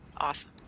awesome